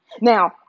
Now